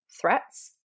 threats